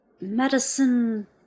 Medicine